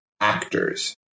actors